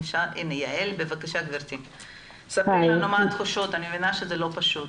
ספרי לנו מה התחושות,